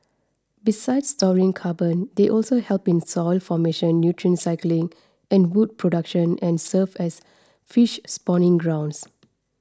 besides storing carbon they also help in soil formation nutrient cycling and wood production and serve as fish spawning grounds